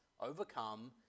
overcome